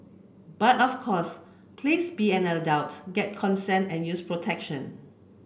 but of course please be an adult get consent and use protection